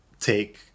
take